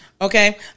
okay